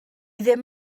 ddim